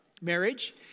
marriage